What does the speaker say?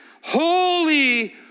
holy